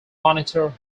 monitor